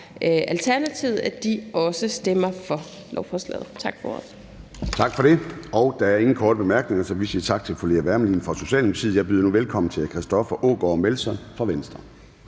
Alternativet og sige, at de også stemmer for lovforslaget. Tak for